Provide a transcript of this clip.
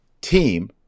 team